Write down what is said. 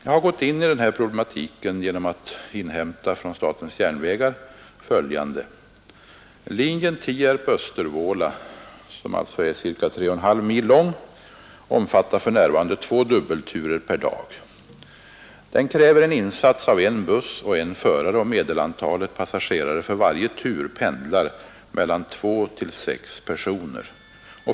Jag har gått in i denna problematik genom att från SJ inhämta följande. Linjen Östervåla—Tierp, som är ca 3,5 mil lång, omfattar för närvarande två dubbelturer per dag. Den kräver insats av en buss och en förare. Medelantalet passagerare för varje tur pendlar mellan 2 och 6 personer.